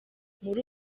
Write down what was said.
muri